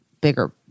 bigger